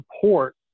support